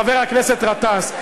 חבר הכנסת גטאס,